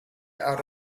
out